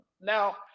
Now